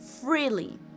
freely